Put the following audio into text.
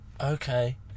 Okay